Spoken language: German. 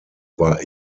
war